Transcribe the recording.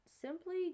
simply